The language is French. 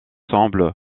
semble